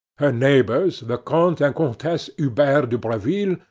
her neighbors, the comte and comtesse hubert de breville,